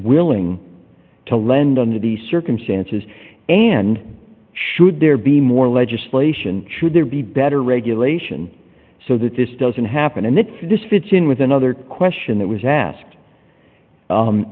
willing to lend under these circumstances and should there be more legislation should there be better regulation so that this doesn't happen and it fits in with another question that was asked